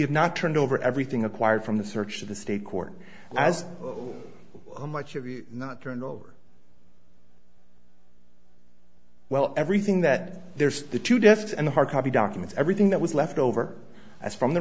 have not turned over everything acquired from the search to the state court as a much of the not turned over well everything that there's the to death and the hard copy documents everything that was left over from the